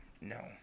no